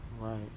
Right